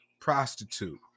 prostitute